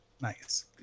Nice